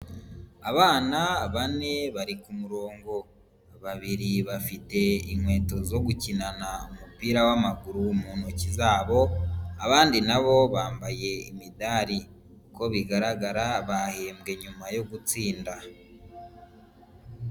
Abana bane bari ku umurongo, babiri bafite inkweto zo gukinana umupira w'amaguru mu ntoki zabo, abandi na bo bambaye imidari, uko bigaragara bahembwe nyuma yo gutsinda.